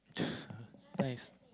nice